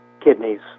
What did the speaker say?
kidneys